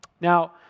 Now